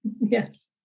Yes